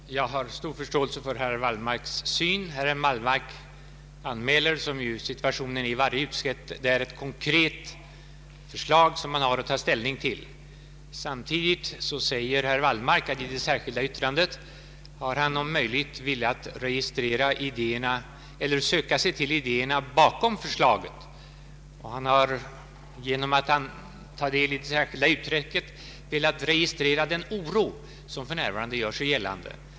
Herr talman! Jag har stor förståelse för herr Wallmarks resonemang. Herr Wallmark anmäler sin uppfattning i en fråga liksom man gör i varje utskott där det föreligger ett konkret förslag att ta ställning till. I det särskilda yttrandet har han velat söka sig till idé erna bakom förslaget, Genom att underteckna det särskilda yttrandet har han velat registrera den oro som för närvarande gör sig gällande.